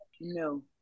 no